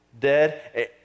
dead